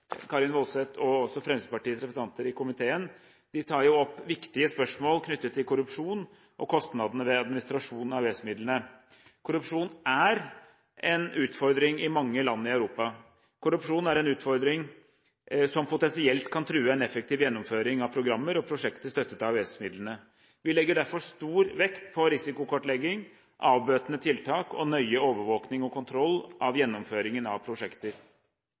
Karin S. Woldseth og Fremskrittspartiets representanter i komiteen. De tar opp viktige spørsmål knyttet til korrupsjon og kostnadene ved administrasjonen av EØS-midlene. Korrupsjon er en utfordring i mange land i Europa. Korrupsjon er en utfordring som potensielt kan true en effektiv gjennomføring av programmer og prosjekter støttet av EØS-midlene. Vi legger derfor stor vekt på risikokartlegging, avbøtende tiltak og nøye overvåking og kontroll av gjennomføringen av prosjekter.